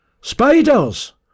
Spiders